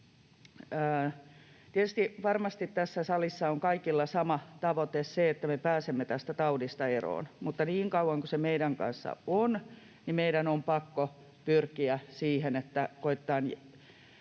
loppuun: Varmasti tässä salissa on kaikilla sama tavoite, se, että me pääsemme tästä taudista eroon, mutta niin kauan kuin se meidän kanssamme on, meidän on pakko pyrkiä siihen, että koetetaan